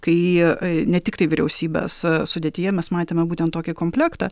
kai ne tiktai vyriausybės sudėtyje mes matėme būtent tokį komplektą